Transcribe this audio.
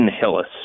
Hillis